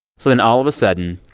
so then all of a sudden,